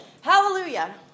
Hallelujah